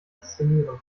inszenieren